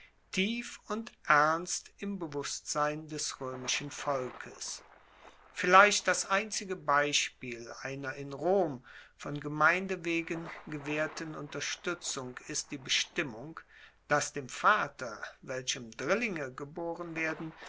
tief und ernst im bewusstsein des roemischen volkes vielleicht das einzige beispiel einer in rom von gemeinde wegen gewaehrten unterstuetzung ist die bestimmung dass dem vater welchem drillinge geboren werden